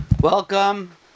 Welcome